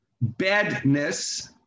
Badness